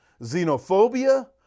xenophobia